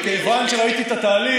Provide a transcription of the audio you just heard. מכיוון שראיתי את התהליך,